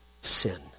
sin